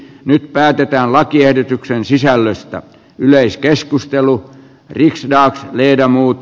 nyt päätetään lakiehdotuksen sisällöstä yleiskeskustelu viriäisi ja lyödä muut